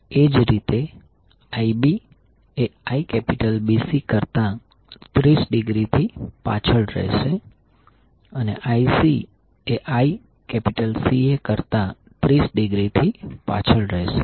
એ જ રીતે Ib એ IBC કરતાં 30 ડિગ્રી થી પાછળ રહેશે અને Ic એ ICA કરતા 30 ડિગ્રીથી પાછળ રહેશે